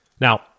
Now